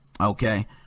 okay